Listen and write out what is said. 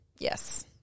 Yes